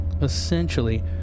Essentially